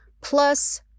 plus